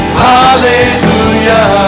hallelujah